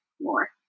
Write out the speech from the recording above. more